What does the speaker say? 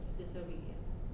disobedience